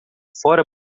fora